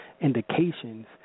indications